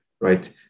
Right